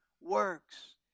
works